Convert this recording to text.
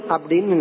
Abdin